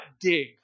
dig